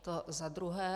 To za druhé.